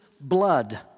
blood